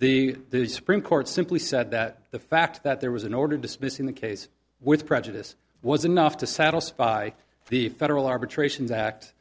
the supreme court simply said that the fact that there was an order dismissing the case with prejudice was enough to satisfy the federal arbitrations act